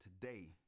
today